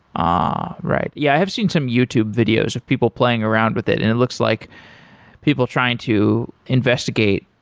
ah right. yeah, i have seen some youtube videos of people playing around with it, and it looks like people trying to investigate,